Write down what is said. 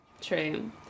true